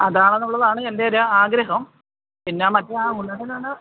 അതാണെന്നുള്ളതാണ് എന്റെ ഒരു ആഗ്രഹം പിന്ന മറ്റ് ആ